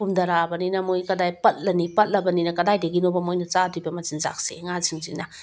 ꯄꯨꯝꯊꯔꯛꯑꯕꯅꯤꯅ ꯃꯣꯏ ꯀꯗꯥꯏ ꯄꯠꯂꯅꯤ ꯄꯠꯂꯕꯅꯤꯅ ꯀꯗꯥꯏꯗꯒꯤꯅꯣꯕ ꯃꯣꯏꯅ ꯆꯥꯗꯣꯏꯕ ꯃꯆꯤꯟꯖꯥꯛꯁꯦ ꯉꯥꯁꯤꯡꯁꯤꯅ